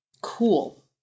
Cool